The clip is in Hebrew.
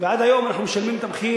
ועד היום אנחנו משלמים את המחיר.